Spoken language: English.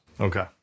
Okay